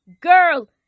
girl